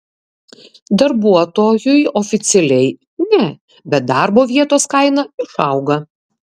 darbuotojui oficialiai ne bet darbo vietos kaina išauga